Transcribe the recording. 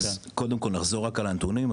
אז קודם כל נחזור על הנתונים,